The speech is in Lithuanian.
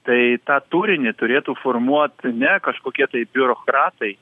tai tą turinį turėtų formuot ne kažkokie tai biurokratai